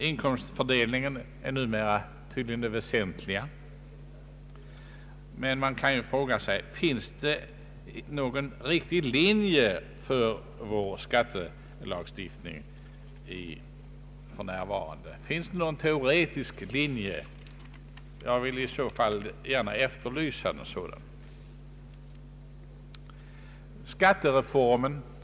Inkomstfördelningen är numrea tydligen det väsentliga, men man kan fråga sig om det finns någon riktig linje för vår skattelagstiftning för närvarande. Finns det någon teoretisk linje? Jag vill gärna efterlysa en sådan.